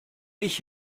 ich